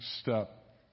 step